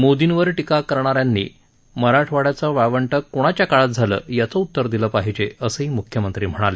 मोदींवर टीका करणाऱ्यांनी मराठवाइयाचं वाळवंट कुणाऱ्या काळात झालं याचं उत्तर दिलं पाहिजे असंही मुख्यमंत्री म्हणाले